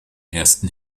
ersten